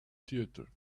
theater